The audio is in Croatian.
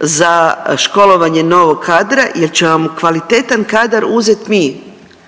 za školovanje novog kadra jer ćemo vam kvalitetan kadar uzet mi,